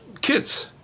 kids